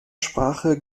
sprache